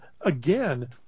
again